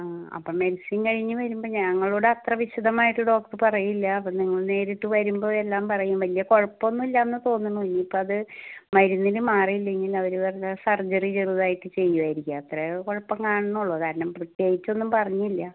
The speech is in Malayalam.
ആ അപ്പം മെഡിസിൻ കഴിഞ്ഞ് വരുമ്പം ഞങ്ങളോട് അത്ര വിശദമായിട്ട് ഡോക്ടറ് പറയില്ല അപ്പം നിങ്ങൾ നേരിട്ട് വരുമ്പോൾ എല്ലാം പറയും വലിയ കുഴപ്പമൊന്നും ഇല്ലാന്ന് തോന്നണു ഇനിയിപ്പത് മരുന്നിന് മാറിയില്ലെങ്കിൽ അവർ പറഞ്ഞു സർജറി ചെറുതായിട്ട് ചെയ്യുവായിരിക്കാം അത്രേ കുഴപ്പം കാണുന്നുള്ളൂ കാരണം പ്രത്യേകിച്ചൊന്നും പറഞ്ഞില്ല്യാ